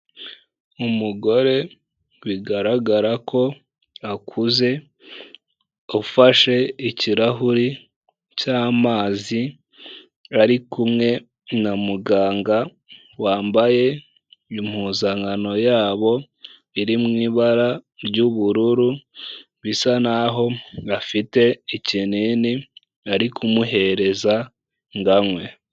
Umugore bigaragara ko akuze, ufashe ikirahuri cy'amazi, ari kumwe na muganga wambaye impuzankano yabo iri mu ibara ry'ubururu, bisa n'aho gafite ikinini, ari kumuhereza ngo anywe.